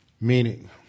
meaning